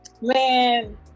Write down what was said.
man